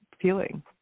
feeling